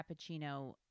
cappuccino